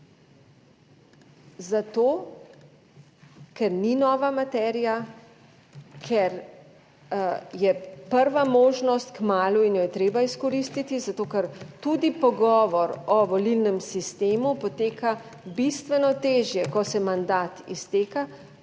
Zato, ker ni nova materija, ker je prva možnost kmalu in jo je treba izkoristiti. Zato, ker tudi pogovor o volilnem sistemu poteka bistveno težje, ko se mandat izteka,